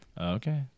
Okay